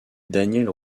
danièle